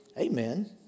Amen